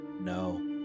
No